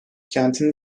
kentin